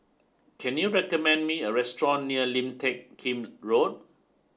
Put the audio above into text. can you recommend me a restaurant near Lim Teck Kim Road